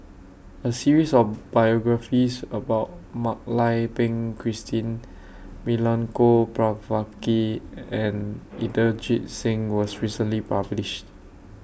A series of biographies about Mak Lai Peng Christine Milenko Prvacki and Inderjit Singh was recently published